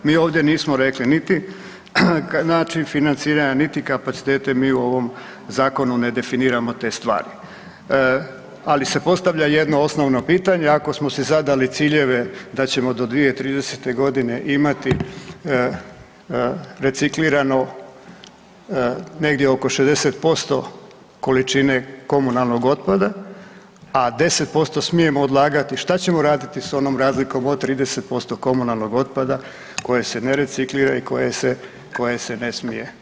Mi ovdje nismo rekli niti način financiranja niti kapaciteti, mi u ovom Zakonu ne definiramo te stvari, ali se postavlja jedno osnovno pitanje, ako smo si zadali ciljeve da ćemo do 2030. g. imati reciklirano negdje oko 60% količine komunalnog otpada, a 10% smijemo odlagati, šta ćemo raditi s onom razlikom od 30% komunalnog otpada koje se ne reciklira i koje se ne smije odložiti?